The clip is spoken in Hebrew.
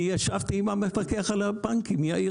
אני ישבתי עם המפקח על הבנקים יאיר